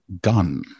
gun